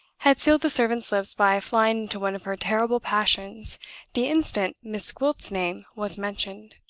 had sealed the servant's lips by flying into one of her terrible passions the instant miss gwilt's name was mentioned.